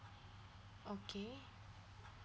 okay